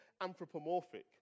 anthropomorphic